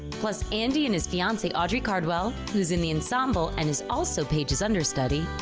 plus andy and his fiancee, audrey cardwell, who's in the ensemble and is also paige's understudy,